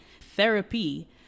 Therapy